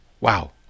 wow